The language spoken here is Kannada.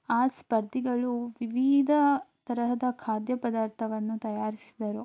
ಆ ಸ್ಪರ್ಧಿಗಳು ವಿವಿಧ ತರಹದ ಖಾದ್ಯ ಪದಾರ್ಥವನ್ನು ತಯಾರಿಸಿದರು